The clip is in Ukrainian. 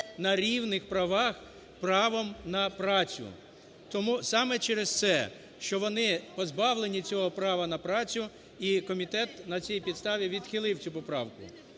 на рівних правах правом на працю. Тому саме через це, що вони позбавлені цього права на працю, і комітет на цій підставі відхилив цю поправку.